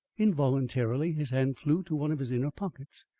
involuntarily his hand flew to one of his inner pockets.